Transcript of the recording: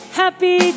happy